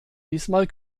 diesmal